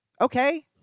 Okay